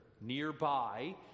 nearby